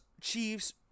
Chiefs